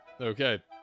Okay